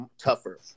tougher